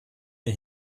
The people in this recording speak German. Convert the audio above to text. den